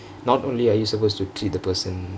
not only are you supposed to treat the person